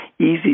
easy